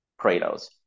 Kratos